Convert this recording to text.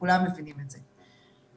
וכולם מבינים את זה.